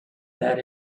there